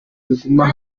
biguma